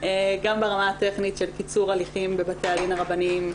גם ברמה הטכנית של קיצור הליכים בבתי הדין הרבניים,